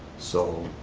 so